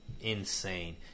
insane